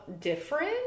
different